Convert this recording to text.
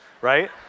right